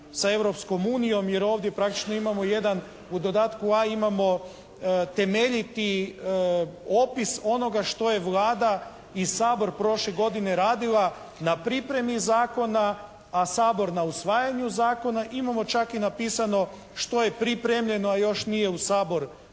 sa Europskom unijom, jer ovdje praktično imamo jedan, u dodatku A imamo temeljiti opis onoga što je Vlada i Sabor prošle godine radila na pripremi zakona, a Sabor na usvajanju zakona. Imamo čak i napisano što je pripremljeno, a još nije u Sabor